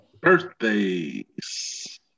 birthdays